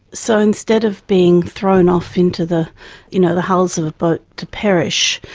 so instead of being thrown off into the you know the hulls of a boat to perish,